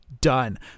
done